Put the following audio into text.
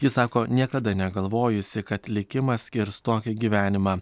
ji sako niekada negalvojusi kad likimas skirs tokį gyvenimą